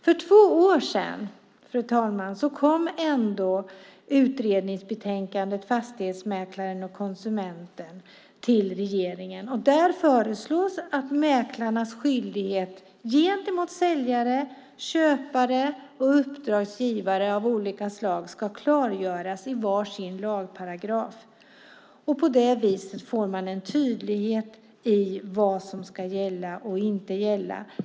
För två år sedan, fru talman, kom utredningsbetänkandet Fastighetsmäklaren och konsumenten till regeringen. Där föreslås att mäklarnas skyldighet gentemot säljare, köpare och uppdragsgivare av olika slag ska klargöras i var sin lagparagraf. På det viset får man en tydlighet i vad som ska gälla och vad som inte ska gälla.